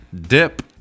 Dip